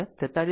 29 11